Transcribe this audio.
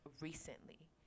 recently